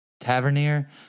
Tavernier